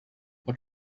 what